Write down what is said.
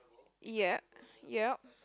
ya ya